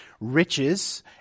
riches